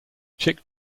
chic